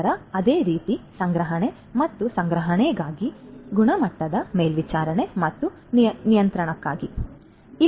ನಂತರ ಅದೇ ರೀತಿ ಸಂಗ್ರಹಣೆ ಮತ್ತು ಸಂಗ್ರಹಣೆಗಾಗಿ ಮತ್ತು ಗುಣಮಟ್ಟದ ಮೇಲ್ವಿಚಾರಣೆ ಮತ್ತು ನಿಯಂತ್ರಣಕ್ಕಾಗಿ